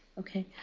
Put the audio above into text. ok.